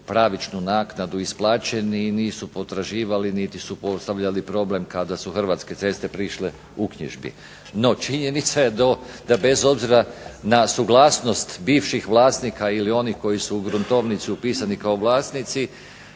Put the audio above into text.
pravičnu naknadu, isplaćeni i nisu potraživali niti su postavljali problem kada su Hrvatske ceste prišle uknjižbi. No činjenica je da bez obzira na suglasnost bivših vlasnika ili onih koji su u gruntovnicu upisani kao vlasnici,